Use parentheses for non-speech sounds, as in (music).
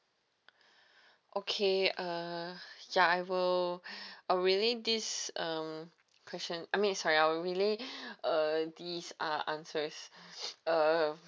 okay uh ya I will I'll release this um question I mean sorry ya I'll relay (breath) uh this ah answer (breath) uh